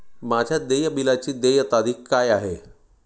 माझ्या देय बिलाची देय तारीख काय आहे?